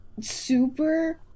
super